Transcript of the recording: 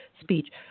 speech